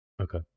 Okay